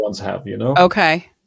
okay